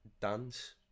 dance